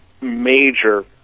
major